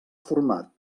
format